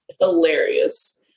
Hilarious